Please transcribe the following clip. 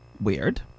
weird